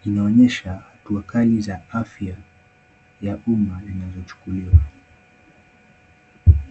Hii inaonyesha hatua kali za afya ya umma zinavyochukuliwa.